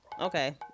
Okay